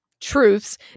truths